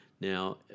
Now